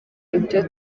ibyo